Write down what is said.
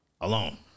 alone